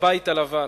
בבית הלבן.